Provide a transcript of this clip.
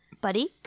Buddy